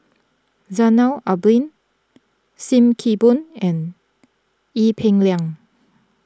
Zainal Abidin Sim Kee Boon and Ee Peng Liang